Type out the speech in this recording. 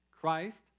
Christ